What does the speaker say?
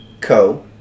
Co